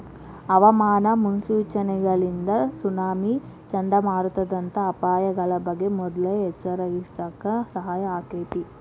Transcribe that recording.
ಹವಾಮಾನ ಮುನ್ಸೂಚನೆಗಳಿಂದ ಸುನಾಮಿ, ಚಂಡಮಾರುತದಂತ ಅಪಾಯಗಳ ಬಗ್ಗೆ ಮೊದ್ಲ ಎಚ್ಚರವಹಿಸಾಕ ಸಹಾಯ ಆಕ್ಕೆತಿ